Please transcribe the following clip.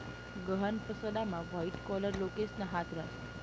गहाण फसाडामा white collar लोकेसना हात रास